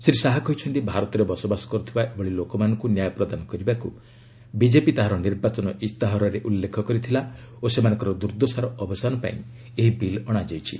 ଶ୍ରୀ ଶାହା କହିଛନ୍ତି ଭାରତରେ ବସବାସ କରୁଥିବା ଏଭଳି ଲୋକମାନଙ୍କୁ ନ୍ୟାୟ ପ୍ରଦାନ କରିବାକୁ ବିଜେପି ତାହାର ନିର୍ବାଚନ ଇସ୍ତାହାରରେ ଉଲ୍ଲେଖ କରିଥିଲା ଓ ସେମାନଙ୍କର ଦୁର୍ଦ୍ଦଶାର ଅବସାନ ପାଇଁ ଏହି ବିଲ୍ ଅଶାଯାଇଛି